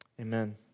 amen